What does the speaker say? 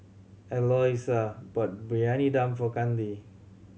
Eloisa bought Briyani Dum for Kandy